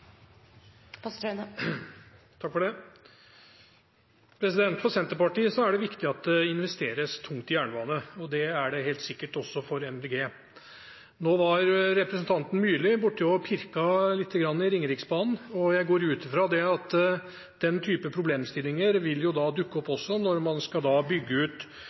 det viktig at det investeres tungt i jernbane. Det er det helt sikkert også for Miljøpartiet De Grønne. Nå pirket representanten Myrli litt borti Ringeriksbanen, og jeg går ut fra at slike problemstillinger vil dukke opp også når man skal bygge ut